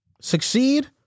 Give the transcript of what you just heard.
succeed